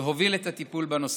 להוביל את הטיפול בנושא.